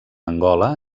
angola